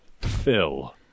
Phil